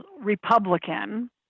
Republican